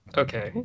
okay